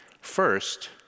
First